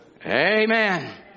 Amen